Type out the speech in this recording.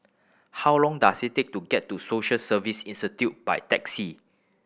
how long does it take to get to Social Service Institute by taxi